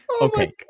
Okay